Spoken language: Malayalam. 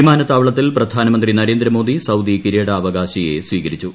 വിമാനത്താവളത്തിൽ പ്രധാനമന്ത്രി നരേന്ദ്രമോദി സൌദി കിരീടാവക്കാശിയെ സ്വീകരിച്ചു